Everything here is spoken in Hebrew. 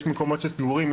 יש מקומות סגורים,